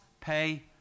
pay